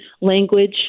language